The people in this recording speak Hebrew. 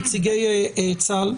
נציגי צה"ל.